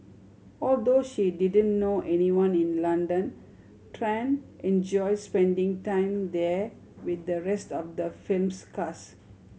although she didn't know anyone in London Tran enjoyed spending time there with the rest of the film's cast